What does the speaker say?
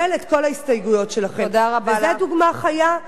וזו דוגמה חיה משולחנה של הממשלה.